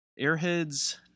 Airheads